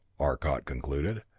arcot concluded,